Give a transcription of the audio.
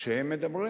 הם מדברים,